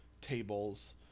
tables